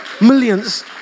Millions